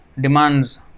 demands